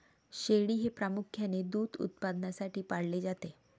शेळी हे प्रामुख्याने दूध उत्पादनासाठी पाळले जाते